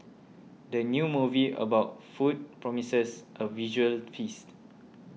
the new movie about food promises a visual feast